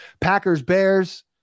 Packers-Bears